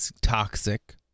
toxic